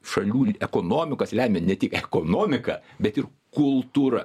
šalių ekonomikas lemia ne tik ekonomika bet ir kultūra